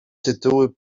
tytuły